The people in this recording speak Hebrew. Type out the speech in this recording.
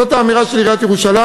זאת האמירה של עיריית ירושלים.